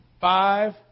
five